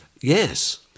Yes